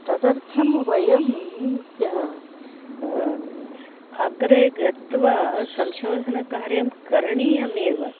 तदर्थं वयम् अग्रे गत्वा संशोधनकार्यं करणीयमेव